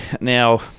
Now